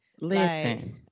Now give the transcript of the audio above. Listen